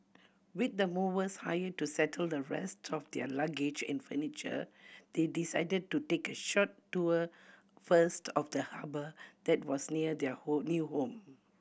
with the movers hired to settle the rest of their luggage and furniture they decided to take a short tour first of the harbour that was near their home new home